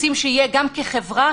רוצים שיהיה גם כחברה,